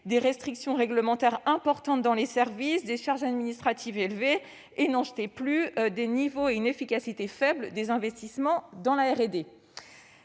de restrictions réglementaires importantes dans les services et de charges administratives significatives, de même que des niveaux et une efficacité faibles des investissements dans la